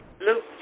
Luke